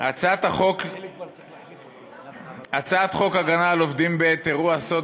הצעת חוק הגנה על עובדים בעת אירוע אסון